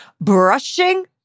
brushing